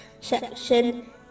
section